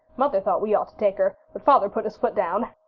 mother thought we ought to take her, but father put his foot down.